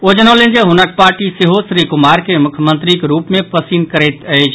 ओ जनौलनि जे हुनक पार्टी सेहो श्री कुमार के मुख्यमंत्रीक रूप मे पसिन करैत अछि